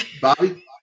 Bobby